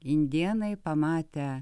indėnai pamatę